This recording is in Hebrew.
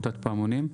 עמותת "פעמונים".